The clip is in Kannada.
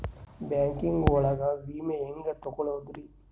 ಬ್ಯಾಂಕಿಂಗ್ ಒಳಗ ವಿಮೆ ಹೆಂಗ್ ತೊಗೊಳೋದ್ರಿ?